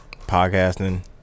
podcasting